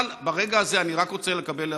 אבל ברגע הזה אני רק רוצה לקבל הבטחה,